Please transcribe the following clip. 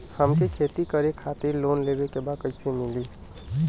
हमके खेती करे खातिर लोन लेवे के बा कइसे मिली?